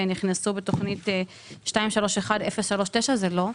נכנסו בתוכנית מספר 231039. זה לא מופיע.